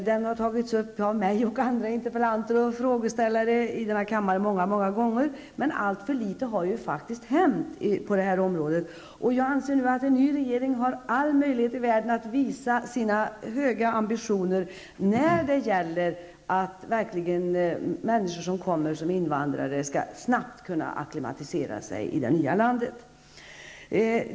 Den har tagits upp av mig och andra interpellanter och frågeställare i denna kammare många gånger, men alltför litet har faktiskt hänt på detta område. Jag anser att en ny regering har alla möjligheter i världen att visa sina höga ambitioner när det gäller att se till att människor som invandrar till Sverige snabbt skall kunna acklimatisera sig i det nya landet.